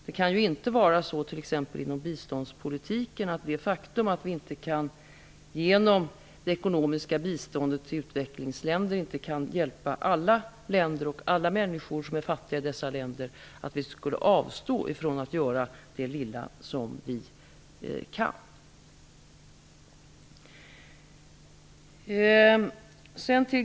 Det kan ju inte vara så inom t.ex. biståndspolitiken att det faktum att vi inte kan hjälpa alla länder och alla människor som är fattiga med ekonomiskt bistånd till utvecklingsländer skulle medföra att vi avstår från att göra det lilla vi kan.